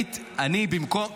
לא מדברת על החוק.